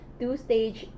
two-stage